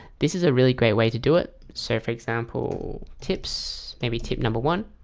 this is a really great way to do it so for example tips, maybe tip number one